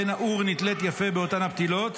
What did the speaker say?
ואין האור נתלית יפה באותן הפתילות,